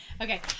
okay